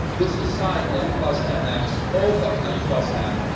this is sine m plus n x over m plus n.